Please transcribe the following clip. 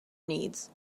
needs